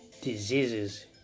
diseases